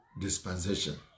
dispensation